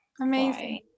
Amazing